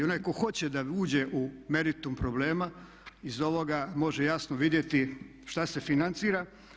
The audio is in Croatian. I onaj tko hoće da uđe u meritum problema iz ovoga može jasno vidjeti šta se financira.